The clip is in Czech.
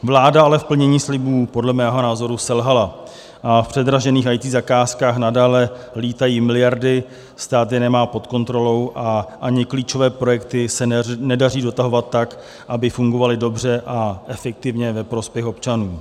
Vláda ale v plnění slibů podle mého názoru selhala a v předražených IT zakázkách nadále lítají miliardy, stát je nemá pod kontrolou a ani klíčové projekty se nedaří dotahovat tak, aby fungovaly dobře a efektivně ve prospěch občanů.